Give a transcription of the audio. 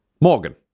Morgan